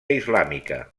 islàmica